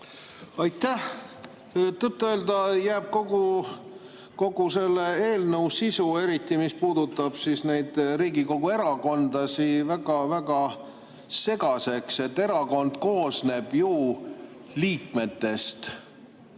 Aitäh! Tõtt-öelda jääb kogu selle eelnõu sisu, eriti mis puudutab Riigikogu erakondi, väga‑väga segaseks. Erakond koosneb ju liikmetest.